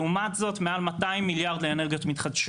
לעומת זאת מעל 200 מיליארד לאנרגיות מתחדשות.